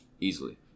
Easily